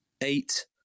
eight